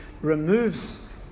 removes